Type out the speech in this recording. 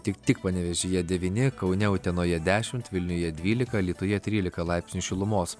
tik tik panevėžyje devyni kaune utenoje dešimt vilniuje dvylika alytuje trylika laipsnių šilumos